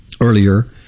earlier